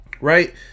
right